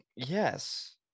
Yes